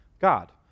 God